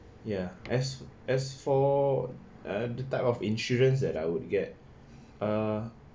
ya as as for uh the type of insurance that I would get uh